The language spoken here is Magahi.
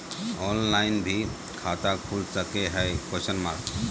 ऑनलाइन भी खाता खूल सके हय?